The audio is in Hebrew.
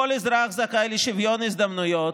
כל אזרח זכאי לשוויון הזדמנויות,